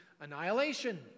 annihilation